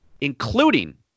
including